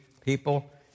people